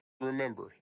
Remember